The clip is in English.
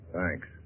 Thanks